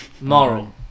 Moral